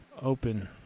Open